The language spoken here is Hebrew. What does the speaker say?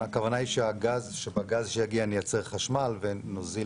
הכוונה היא שבגז שיגיע נייצר חשמל ונוזיל